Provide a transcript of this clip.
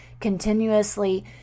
continuously